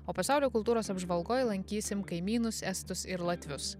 o pasaulio kultūros apžvalgoj lankysim kaimynus estus ir latvius